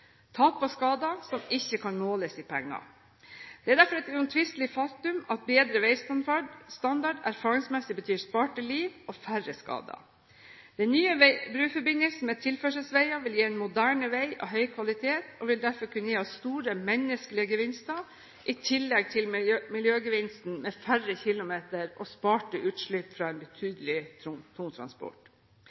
tap og skader som ikke kan måles i penger. Det er derfor et uomtvistelig faktum at bedre veistandard erfaringsmessig betyr sparte liv og færre skader. Den nye bruforbindelsen med tilførselsveier vil gi en moderne vei av høy kvalitet og vil derfor kunne gi oss store menneskelige gevinster i tillegg til miljøgevinsten med færre kilometer og sparte utslipp fra en betydelig